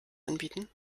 anbieten